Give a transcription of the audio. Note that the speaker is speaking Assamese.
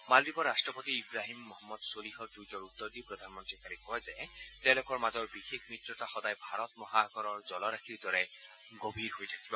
মালদ্বীপৰ ৰাট্টপতি ইৱাহিম মহম্মদ ছোলিহৰ টুইটৰ উত্তৰ দি প্ৰধানমন্ৰীয়ে কালি কয় যে তেওঁলোকৰ বিশেষ মিত্ৰতা সদায় ভাৰত মহাসাগৰৰ জলৰাশিৰ দৰে গভীৰ হৈ থাকিব